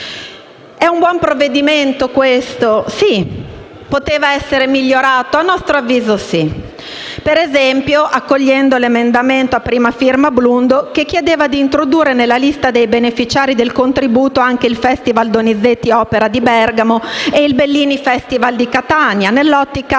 È un buon provvedimento, questo? Sì. Poteva essere migliorato? A nostro avviso sì, ad esempio accogliendo l'emendamento, a prima firma della senatrice Blundo, che chiedeva di introdurre nella lista dei beneficiari del contributo anche il Festival Donizetti Opera di Bergamo e il Bellini Festival di Catania, nell'ottica